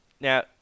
Now